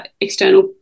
external